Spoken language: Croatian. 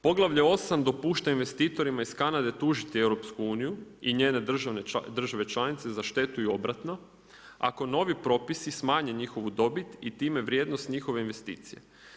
Poglavlje 8. dopušta investitorima iz Kanade tužiti EU i njene države članice za štetu i obratno ako novi propisi smanje njihovu dobit i time vrijednost njihove investicije.